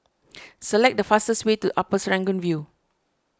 select the fastest way to Upper Serangoon View